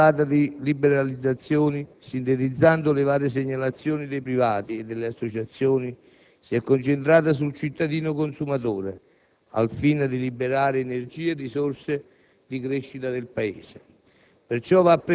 Questa nuova ondata di liberalizzazioni, sintetizzando le varie segnalazioni dei privati e delle associazioni, si è concentrata sul cittadino consumatore al fine di liberare energie e risorse di crescita del Paese.